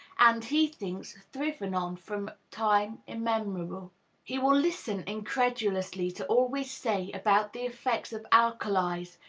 and, he thinks, thriven on from time immemorial. he will listen incredulously to all we say about the effects of alkalies,